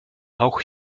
auch